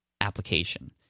application